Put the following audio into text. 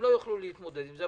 הן לא יוכלו להתמודד עם זה,